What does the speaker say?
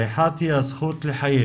האחת היא הזכות לחיים.